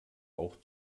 auch